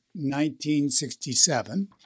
1967